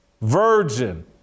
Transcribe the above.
virgin